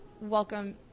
welcome